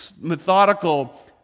methodical